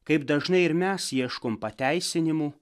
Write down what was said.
kaip dažnai ir mes ieškom pateisinimų